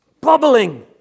Bubbling